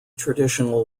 traditional